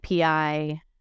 API